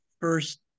first